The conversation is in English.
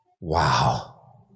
Wow